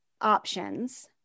options